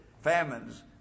famines